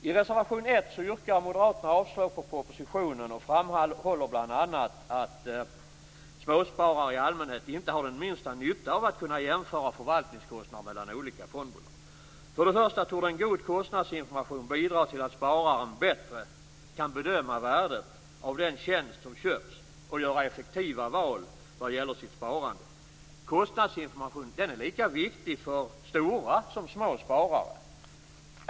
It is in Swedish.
I reservation 1 yrkar moderaterna avslag på propositionen och framhåller bl.a. att småsparare i allmänhet inte har den minsta nytta av att kunna jämföra förvaltningskostnader mellan olika fondbolag. En god kostnadsinformation torde bidra till att spararen bättre kan bedöma värdet av den tjänst som köps och göra effektiva val vad gäller sitt sparande. Kostnadsinformation är lika viktig för stora som små sparare.